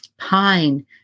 Pine